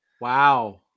wow